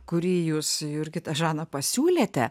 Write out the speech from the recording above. kurį jūs jurgita žana pasiūlėte